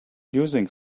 using